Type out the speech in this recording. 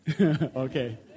Okay